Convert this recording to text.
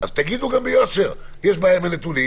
אז תגידו גם ביושר: יש בעיה בנתונים,